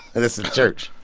and it's a church.